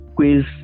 Quiz